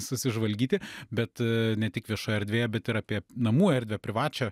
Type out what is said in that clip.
susižvalgyti bet ne tik viešoje erdvėje bet ir apie namų erdvę privačią